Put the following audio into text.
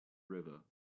river